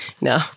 no